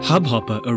Hubhopper